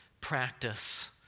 practice